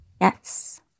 yes